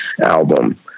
Album